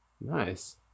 Nice